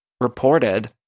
reported